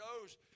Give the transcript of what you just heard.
shows